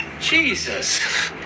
Jesus